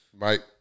Mike